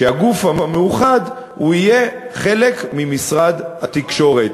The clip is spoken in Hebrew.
שהגוף המאוחד יהיה חלק ממשרד התקשורת,